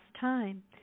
time